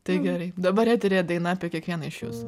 tai gerai dabar eteryje daina apie kiekvieną iš jūsų